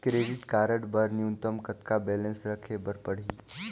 Credit card बर न्यूनतम कतका बैलेंस राखे बर पड़ही?